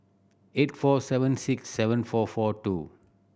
eight four seven six seven four four two